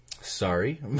sorry